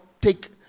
take